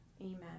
Amen